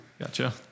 Gotcha